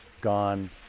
Gone